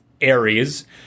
Aries